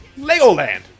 Legoland